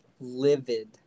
livid